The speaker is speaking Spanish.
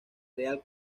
real